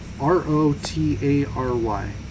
r-o-t-a-r-y